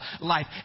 life